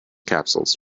capsules